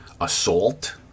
assault